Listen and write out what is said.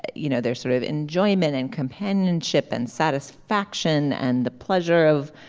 you know they're sort of enjoyment and companionship and satisfaction and the pleasure of